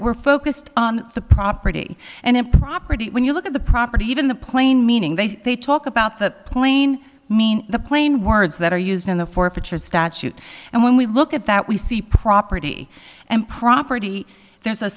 we're focused on the property and if property when you look at the property even the plain meaning they say they talk about the plain meaning the plain words that are used in the forfeiture statute and when we look at that we see property and property there's a